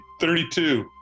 32